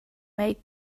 make